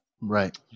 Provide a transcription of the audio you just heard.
right